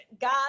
god